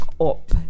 up